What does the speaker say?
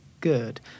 good